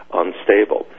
unstable